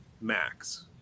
max